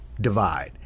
divide